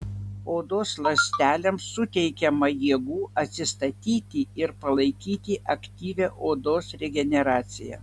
odos ląstelėms suteikiama jėgų atsistatyti ir palaikyti aktyvią odos regeneraciją